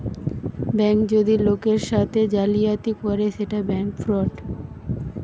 bank যদি লোকের সাথে জালিয়াতি করে সেটা ব্যাঙ্ক ফ্রড